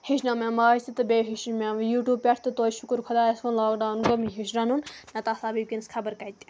ہیٚچھنٲو مےٚ ماجہِ تہِ تہٕ بیٚیہِ ہیٚچھ مےٚ یوٗٹیوٗب پٮ۪ٹھ تہٕ توتہِ شُکُر خۄدایَس کُن لاکڈاوُن گوٚو مےٚ ہیوٚچھ رَنُن نَتہٕ آسہٕ بہٕ وٕنکیٚنَس خبر کَتہِ